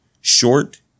short